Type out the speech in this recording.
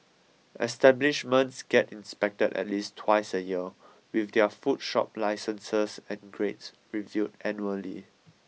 establishments get inspected at least twice a year with their food shop licences and grades reviewed annually